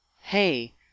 Hey